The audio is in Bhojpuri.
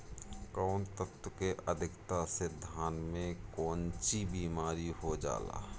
कौन तत्व के अधिकता से धान में कोनची बीमारी हो जाला?